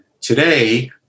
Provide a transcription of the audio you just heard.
Today